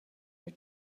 your